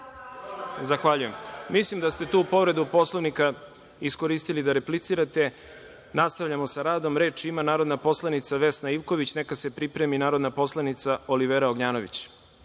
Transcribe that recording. Poslovnika i mislim da ste tu povredu Poslovnika iskoristili da replicirate. Nastavljamo sa radom. Reč ima narodna poslanica Vesna Ivković, neka se pripremi narodna poslanica Olivera Ognjanović. Molim